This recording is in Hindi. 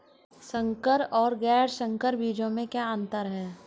संकर और गैर संकर बीजों में क्या अंतर है?